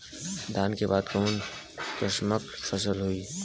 धान के बाद कऊन कसमक फसल होई?